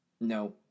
no